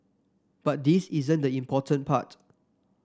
but this isn't the important part